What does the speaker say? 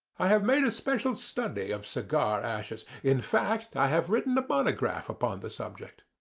i have made a special study of cigar ashes in fact, i have written a monograph upon the subject.